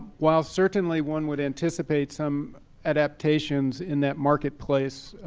while certainly one would anticipate some adaptations in that marketplace,